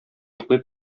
йоклый